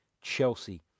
Chelsea